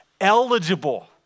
eligible